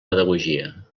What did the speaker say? pedagogia